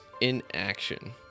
inaction